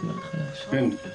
כן.